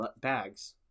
bags